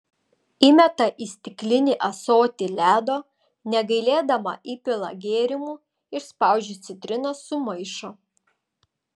įmeta į stiklinį ąsotį ledo negailėdama įpila gėrimų išspaudžia citrinos sumaišo